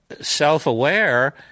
self-aware